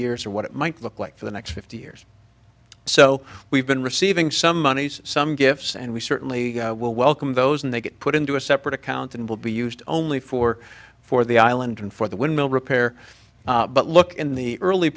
years or what it might look like for the next fifty years so we've been receiving some moneys some gifts and we certainly will welcome those and they get put into a separate account and will be used only for for the island and for the windmill repair but look in the early